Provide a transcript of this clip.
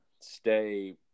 stay